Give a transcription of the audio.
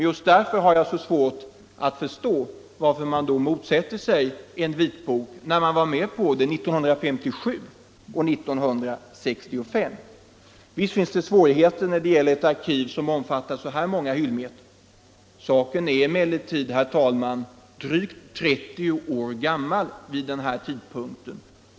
Just därför har jag svårt att förstå varför regeringen motsätter sig en vitbok, när regeringen var med på detta 1957 och 1965. Visst finns det svårigheter när det gäller ett arkiv som omfattar så här många hyllmeter. Saken är emellertid bortåt 30 år gammal vid denna tidpunkt.